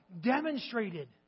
demonstrated